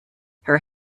her